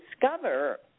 discover